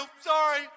Sorry